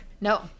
No